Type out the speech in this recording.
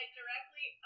directly